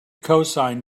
cosine